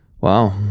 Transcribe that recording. wow